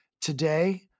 today